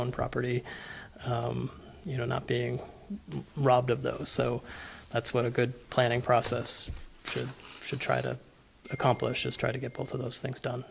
own property you know not being robbed of those so that's what a good planning process should try to accomplish is try to get both of those things done